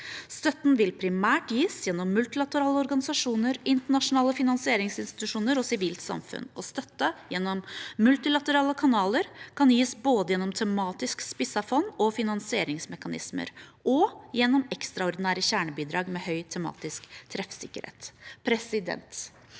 Støtten vil primært gis gjennom multilaterale organisasjoner, internasjonale finansieringsinstitusjoner og sivilt samfunn. Støtte gjennom multilaterale kanaler kan gis både gjennom tematisk spissede fond og finansieringsmekanismer og gjennom ekstraordinære kjernebidrag med høy tematisk treffsikkerhet. Denne